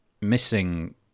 missing